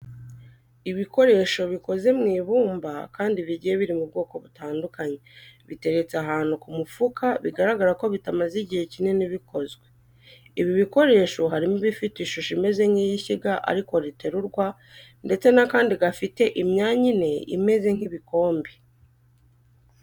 Ibikoresho bikoze mu ibumba kandi bigiye biri mu bwoko butandukanye, biteretse ahantu ku mufuka bigaragara ko bitamaze igihe kinini bikozwe. Ibi bikoresho harimo ibifite ishusho imeze nk'ishyiga ariko riterurwa ndetse n'akandi gafite imyanya ine imeze nk'ibikombe.